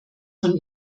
von